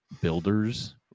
builders